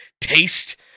taste